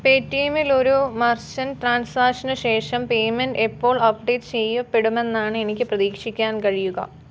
പേറ്റീയെമ്മിലൊരു merchant ട്രാൻസാഷന് ശേഷം payment എപ്പോൾ അപ്ഡേറ്റ് ചെയ്യപ്പെടുമെന്നാണ് എനിക്ക് പ്രതീക്ഷിക്കാൻ കഴിയുക